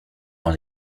dans